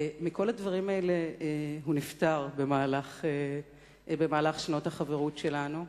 מכל הדברים האלה הוא נפטר במהלך שנות החברות שלנו.